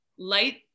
light